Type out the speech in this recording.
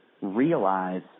realize